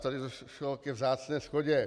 Tady došlo ke vzácné shodě.